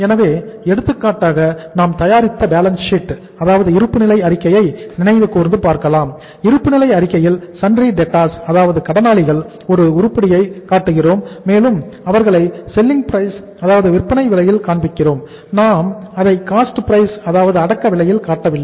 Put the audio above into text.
எனவே எடுத்துக்காட்டாக நாம் தயாரித்த பேலன்ஸ் ஷீட் அதாவது அடக்க விலையில் காட்டவில்லை